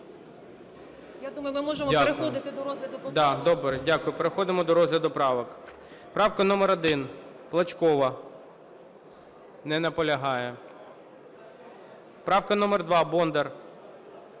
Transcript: Я думаю, ми можемо переходити до розгляду поправок.